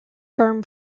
firm